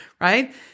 Right